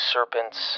Serpents